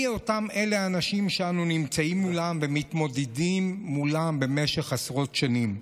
מי אותם האנשים שאנו נמצאים מולם ומתמודדים איתם במשך עשרות שנים.